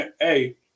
Hey